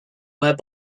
where